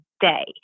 day